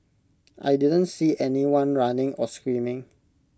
I didn't see anyone running or screaming